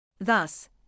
Thus